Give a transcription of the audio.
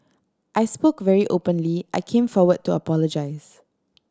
I spoke very openly I came forward to apologise